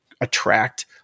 attract